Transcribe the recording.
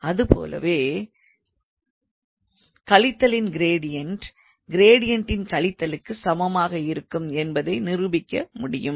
அதுபோலவே கழித்தலின் க்ரேடியன்ட் க்ரேடியன்ட்டின் கழித்தலுக்கு சமமாக இருக்கும் என்பதை நிரூபிக்க முடியும்